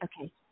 Okay